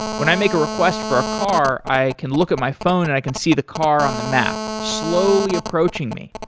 when i make a request for a car, i can look at my phone and i can see the car on the map slowly approaching me.